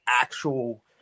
actual